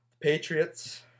Patriots